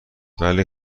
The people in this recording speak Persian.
ولی